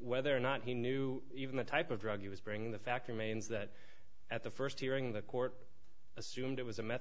whether or not he knew even the type of drug he was bringing the fact remains that at the first hearing the court assumed it was a me